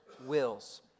wills